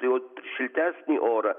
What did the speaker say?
jau šiltesnį orą